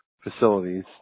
facilities